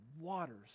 waters